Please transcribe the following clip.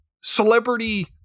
celebrity